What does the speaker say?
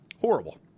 Horrible